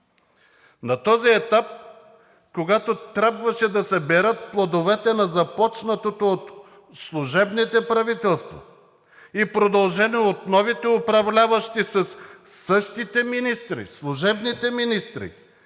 На този етап, когато трябваше да се берат плодовете на започнатото от служебните правителства и продължени от новите управляващи със същите министри – служебните министри,